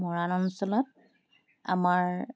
মৰাণ অঞ্চলত আমাৰ